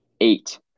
Eight